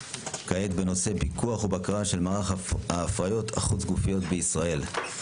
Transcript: בנושא פיקוח ובקרה על מערך ההפריות החוץ גופיות בישראל.